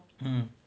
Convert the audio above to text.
mm